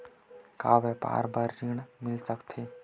का व्यापार बर ऋण मिल सकथे?